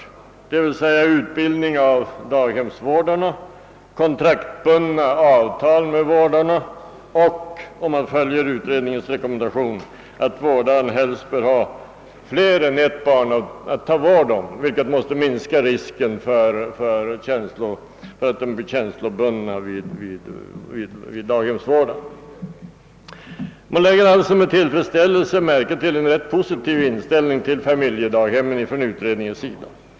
Utredningen rekommenderar utbildning av daghemsvårdarna och kontraktsbundna avtal med vårdarna, och uttalar vidare att vårdaren helst bör ha mer än ett barn att ta vård om, vilket måste minska risken för att barnen blir känslobundna vid daghemsvårdaren. Man lägger alltså med tillfredsställelse märke till utredningens ganska positiva inställning till familjedaghem-' men.